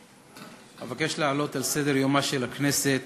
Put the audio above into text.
אבקש להעלות על סדר-יומה של הכנסת